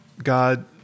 God